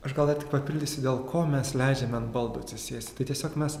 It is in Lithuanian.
aš gal dar tik papildysiu dėl ko mes leidžiame ant baldų atsisėsti tai tiesiog mes